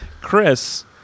Chris